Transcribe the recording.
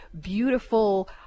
beautiful